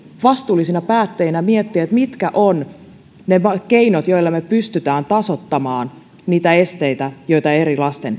vastuullisina päättäjinä miettiä mitkä ovat ne keinot joilla me pystymme tasoittamaan niitä esteitä joita eri lasten